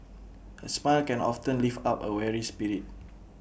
A smile can often lift up A weary spirit